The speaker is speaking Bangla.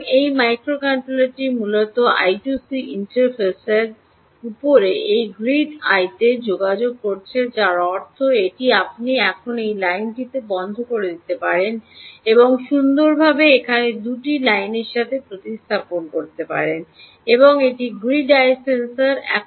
সুতরাং এই মাইক্রোকন্ট্রোলারটি মূলত আই 2 সি ইন্টারফেসের উপরে এই গ্রিড আইতে যোগাযোগ করছে যার অর্থ এটি আপনি এখন এই লাইনটি বন্ধ করে দিতে পারেন এবং সুন্দরভাবে এখানে 2 টি লাইনের সাথে প্রতিস্থাপন করতে পারেন এবং এটি গ্রিড EYE সেন্সর